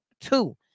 two